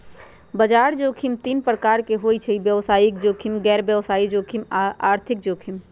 बजार जोखिम तीन प्रकार के होइ छइ व्यवसायिक जोखिम, गैर व्यवसाय जोखिम आऽ आर्थिक जोखिम